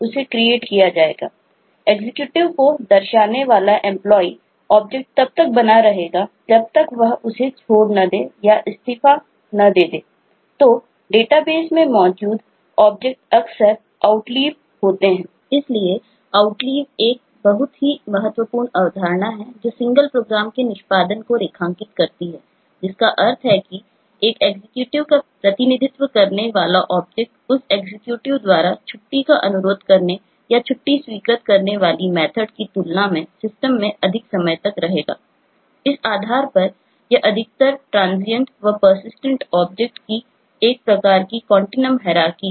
इसलिए आउटलाइव प्राप्त होती हैं